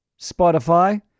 Spotify